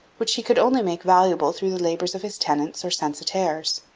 which he could only make valuable through the labours of his tenants or censitaires.